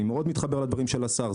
אני מתחבר מאוד לדברים של השר,